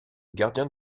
gardien